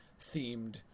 themed